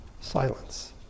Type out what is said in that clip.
Silence